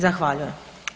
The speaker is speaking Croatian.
Zahvaljujem.